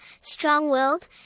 strong-willed